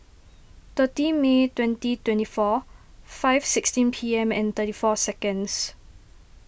thirty May twenty twenty four five sixteen P M and thirty four seconds